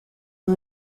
who